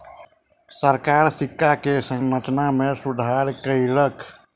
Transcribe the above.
सरकार सिक्का के संरचना में सुधार कयलक